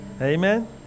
amen